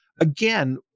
again